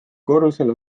korrusel